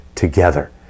Together